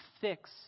fix